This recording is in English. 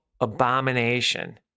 abomination